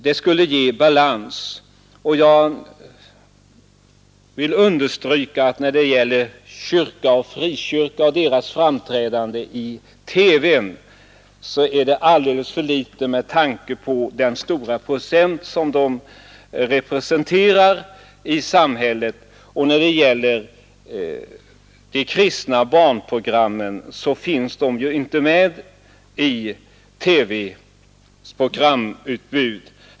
Det skulle ge balans, och jag vill understryka att kyrka och frikyrka framträder i TV alldeles för litet med tanke på den stora procent av svenska folket som dessa institutioner representerar. Och kristna barnprogram finns ju inte alls med i TV:s programutbud.